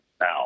now